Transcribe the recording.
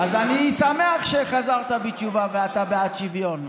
אז אני שמח שחזרת בתשובה ושאתה בעד שוויון.